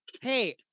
hey